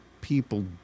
people